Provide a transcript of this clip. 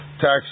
Tax